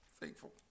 Thankful